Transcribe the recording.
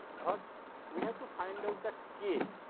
but we have to find out that k,